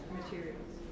materials